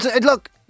look